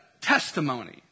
testimony